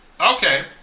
Okay